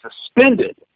suspended